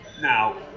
Now